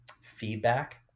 feedback